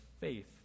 faith